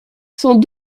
sans